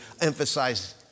emphasize